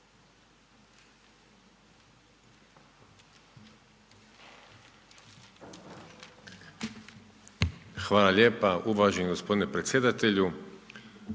Hvala lijepo uvaženi gospodine predsjedatelju,